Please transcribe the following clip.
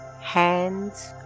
hands